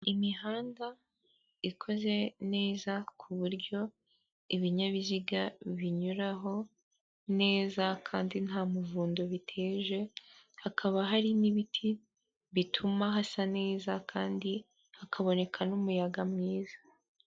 Imihanda ikoze neza ku buryo ibinyabiziga binyuraho neza kandi nta muvundo biteje, hakaba hari n'ibiti bituma hasa neza kandi hakaboneka n'umuyaga mwiza.